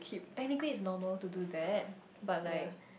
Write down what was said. technically it's normal to do that but like